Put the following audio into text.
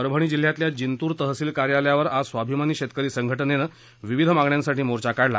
परभणी जिल्ह्यातल्या जिंतूर तहसिल कार्यालयावर आज स्वाभिमानी शेतकरी संघटनेनं विविध मागण्यांसाठी मोर्चा काढला